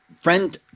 friend